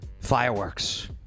Fireworks